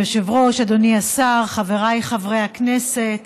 את חברת הכנסת